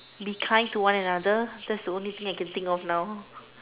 be kind to one another that is the only one I can think of now